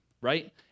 right